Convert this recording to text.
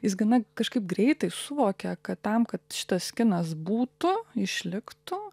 jis gana kažkaip greitai suvokė kad tam kad šitas kinas būtų išliktų